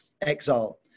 exile